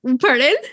Pardon